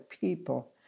people